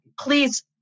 please